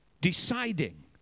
deciding